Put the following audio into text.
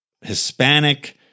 Hispanic